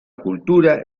cultura